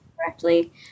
correctly